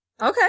Okay